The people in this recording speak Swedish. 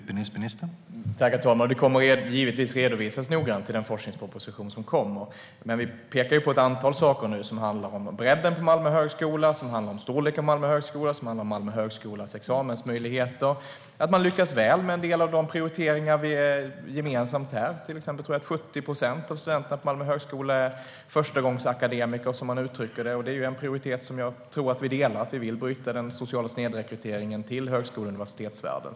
Herr talman! Det kommer givetvis att redovisas noggrant i den forskningsproposition som kommer. Men vi pekar nu på ett antal saker som handlar om bredden och storleken på Malmö högskola, om examensmöjligheterna där och om att man lyckas väl med en del av de prioriteringar vi här har gemensamt. Jag tror till exempel att 70 procent av studenterna på Malmö högskola är förstagångsakademiker, som man uttrycker det. Det är en prioritering som jag tror att vi delar - att vi vill bryta den sociala snedrekryteringen till högskole och universitetsvärlden.